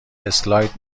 اسلاید